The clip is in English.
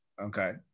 okay